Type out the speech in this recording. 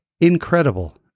incredible